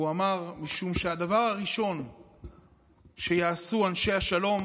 והוא אמר: משום שהדבר הראשון שיעשו אנשי השלום